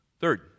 Third